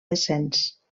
descens